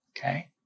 okay